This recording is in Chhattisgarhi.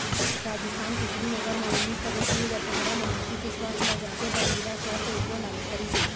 राजिस्थान के श्रीगंगानगर म उन्नीस फरवरी दू हजार पंदरा म माटी के सुवास्थ ल जांचे बर मृदा सुवास्थ योजना लागू करिस हे